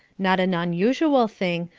not an unusual thing,